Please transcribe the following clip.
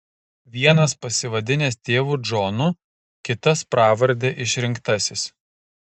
vienas pasivadinęs tėvu džonu kitas pravarde išrinktasis